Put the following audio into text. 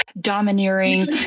domineering